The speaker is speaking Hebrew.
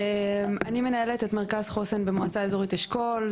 אני מנהלת את מרכז חוסן במועצה אזורית אשכול.